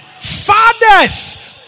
Fathers